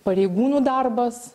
pareigūnų darbas